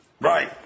Right